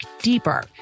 deeper